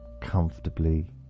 comfortably